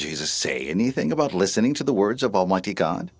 jesus say anything about listening to the words of almighty god